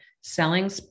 selling